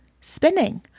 spinning